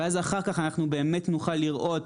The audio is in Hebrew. ואז אחר כך אנחנו באמת נוכל לראות,